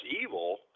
evil